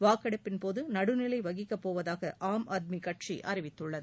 வாக்கெடுப்பின்போது நடுநிலை வகிக்கப் போவதாக ஆம் ஆத்மி கட்சி அறிவித்துள்ளது